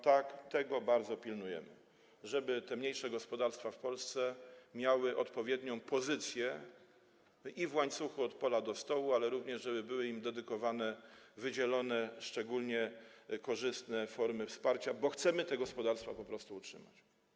Tak, bardzo pilnujemy tego, żeby te mniejsze gospodarstwa w Polsce miały odpowiednią pozycję i w łańcuchu od pola do stołu, ale również żeby były im dedykowane wydzielone, szczególnie korzystne formy wsparcia, bo chcemy te gospodarstwa po prostu utrzymać.